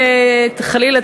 חלילה,